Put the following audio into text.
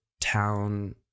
town